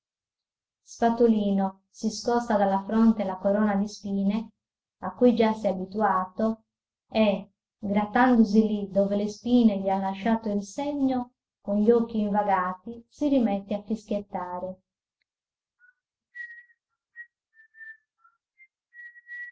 spatolino si scosta dalla fronte la corona di spine a cui già s'è abituato e grattandosi lì dove le spine gli han lasciato il segno con gli occhi invagati si rimette a fischiettare